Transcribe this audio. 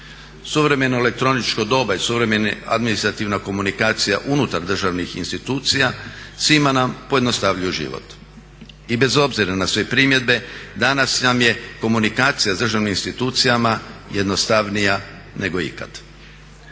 Suvremeno elektroničko doba i suvremena administrativna komunikacija unutar državnih institucijama svima nam pojednostavljuju život i bez obzira na sve primjedbe danas nam je komunikacija s državnim institucijama jednostavnija nego ikad.